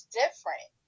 different